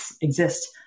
exist